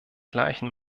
gleichen